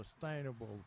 sustainable